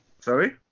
Sorry